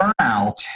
burnout